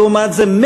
לעומת זה,